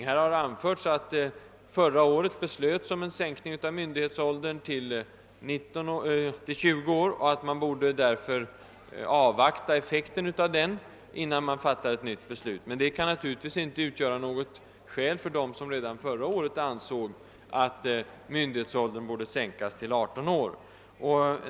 Här har erinrats om att vi förra året beslöt om en sänkning av myndighetsåldern till 20 år och att vi borde avvakta effekten av det beslutet innan vi fattar ett nytt. Men det kan givetvis inte utgöra något skäl för dem som redan förra året ansåg att myndighetsåldern borde sänkas till 18 år.